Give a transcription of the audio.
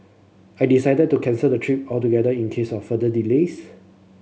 I decided to cancel the trip altogether in case of further delays